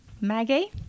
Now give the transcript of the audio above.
Maggie